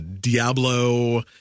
Diablo